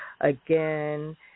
again